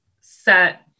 set